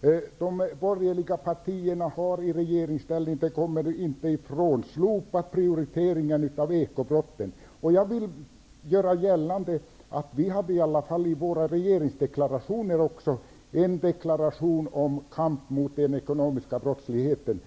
Vi kommer inte ifrån att de borgerliga partierna i regeringsställning har slopat prioriteringen av ekobrottsbekämpningen. Jag vill göra gällande att vi i våra regeringsdeklarationer hade en deklaration om kamp mot den ekonomiska brottsligheten.